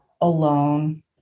alone